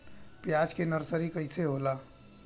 प्याज के नर्सरी कइसे होला?